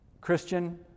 Christian